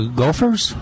gophers